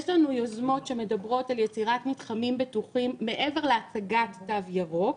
יש לנו יוזמות שמדברות על יצירת מתחמים בטוחים מעבר להצגת תו ירוק,